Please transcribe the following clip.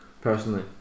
personally